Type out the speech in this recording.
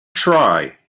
try